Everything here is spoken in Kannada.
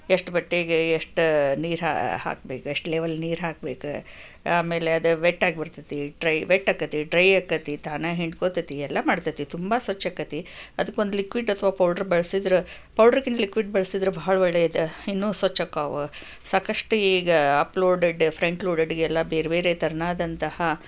ಎಷ್ಟು ಬಟ್ಟೆಗೆ ಎಷ್ಟು ನೀರು ಹಾಕ್ ಹಾಕಬೇಕು ಎಷ್ಟು ಲೆವೆಲ್ ನೀರು ಹಾಕಬೇಕು ಆಮೇಲೆ ಅದು ವೆಟ್ ಆಗಿ ಬರತೈತಿ ಡ್ರೈ ವೆಟ್ ಆಕತಿ ಡ್ರೈ ಆಕತಿ ತಾನೇ ಹಿಂಡ್ಕೋತತಿ ಎಲ್ಲ ಮಾಡತೈತಿ ತುಂಬ ಸ್ವಚ್ಛಕತಿ ಅದಕ್ಕೊಂದು ಲಿಕ್ವಿಡ್ ಅಥವಾ ಪೌಡರ್ ಬಳಸಿದರೆ ಪೌಡರ್ಕ್ಕಿಂತ ಲಿಕ್ವಿಡ್ ಬಳಸಿದರೆ ಬಹಳ ಒಳ್ಳೆಯದು ಇನ್ನೂ ಸ್ವಚಕ್ಕಾವು ಸಾಕಷ್ಟು ಈಗ ಅಪ್ಲೋಡೆಡ್ ಫ್ರಂಟ್ ಲೋಡೆಡ್ ಎಲ್ಲ ಬೇರೆ ಬೇರೆ ಥರನಾದಂತಹ